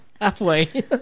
halfway